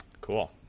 Cool